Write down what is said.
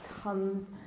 comes